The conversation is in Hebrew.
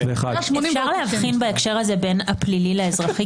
ככל שאתם משכננעים אותי יותר אני רוצה